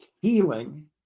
healing